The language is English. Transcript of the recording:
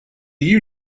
you